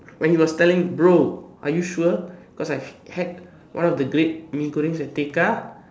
when he was telling bro are you sure because I had one of the great Mee-Goreng at Tekka